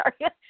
sorry